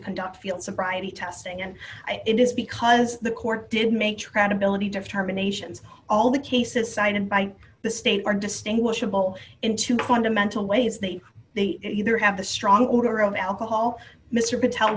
conduct field sobriety test and it is because the court did make trant ability determinations all the cases cited by the state are distinguishable into fundamental ways they they either have a strong order of alcohol mr patel